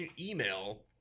email